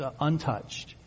untouched